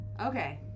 Okay